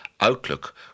outlook